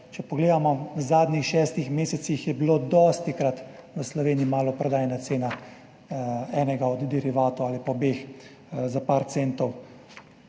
Če pogledamo v zadnjih šestih mesecih, je bila dostikrat v Sloveniji maloprodajna cena enega od derivatov ali pa obeh za približno